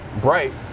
bright